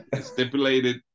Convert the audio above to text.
stipulated